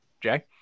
Jay